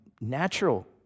natural